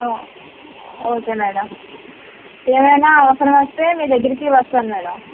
ఓ okay madam ఏమైనా అవసరం వస్తే మీ దగ్గరకి వస్తాను మేడం